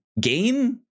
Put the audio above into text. game